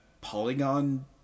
polygon